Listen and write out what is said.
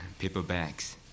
paperbacks